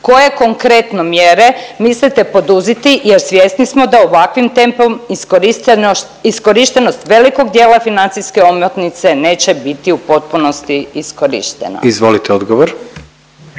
Koje konkretno mjere mislite poduzeti jer svjesni smo da ovakvim tempom iskorištenost velikog dijela financijske omotnice neće biti u potpunosti iskorišteno.